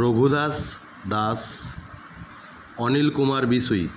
Raghudas Das Anil Kumar Bishoyi